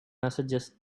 messages